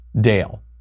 Dale